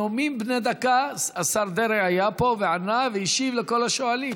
בנאומים בני דקה השר דרעי היה פה וענה והשיב לכל השואלים,